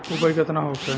उपज केतना होखे?